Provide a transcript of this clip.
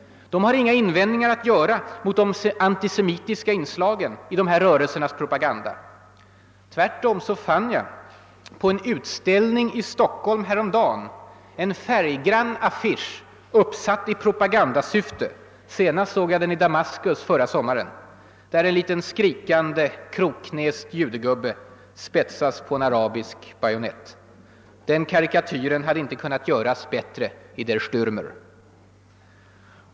De har inga invändningar att göra mot de antisemitiska inslagen i dessa rörelsers propaganda. Tvärtom fann jag på en utställning i Stockholm häromdagen en färggrann affisch uppsatt i propagandasyfte — senast såg jag den i Damaskus förra sommaren — där en liten skrikande, kroknäst judegubbe spetsas på en arabisk bajonett. Den karikatyren hade inte kunnat göras bättre i Der Stärmer.